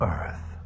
Earth